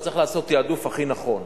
אתה צריך לעשות תעדוף הכי נכון.